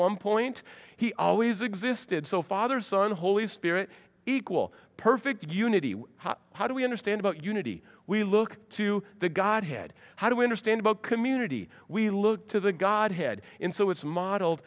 one point he always existed so father son holy spirit equal perfect unity how do we understand about unity we look to the godhead how do we understand about community we look to the godhead in so it's modeled